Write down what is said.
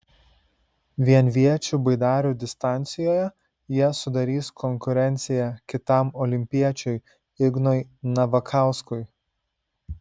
vienviečių baidarių distancijoje jie sudarys konkurenciją kitam olimpiečiui ignui navakauskui